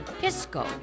Pisco